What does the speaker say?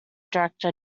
director